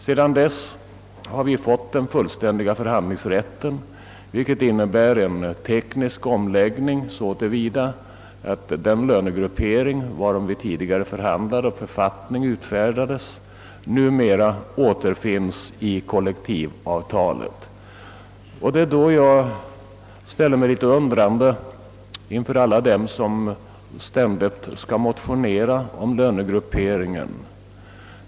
Sedan dess har vi fått den fullständiga förhandlingsrätten, vilken innebär en teknisk omläggning så till vida att den lönegruppering varom vi tidigare förhandlade och varom författning ut färdades numera återfinns i kollektivavtalet. Därför ställer jag mig litet undrande inför dem som ständigt skall motionera om lönegrupperingen.